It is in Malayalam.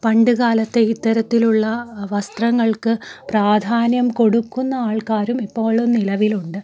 പണ്ട് കാലത്തെ ഇത്തരത്തിലുള്ള വസ്ത്രങ്ങൾക്ക് പ്രാധാന്യം കൊടുക്കുന്ന ആൾക്കാരും ഇപ്പോഴും നിലവിലുണ്ട്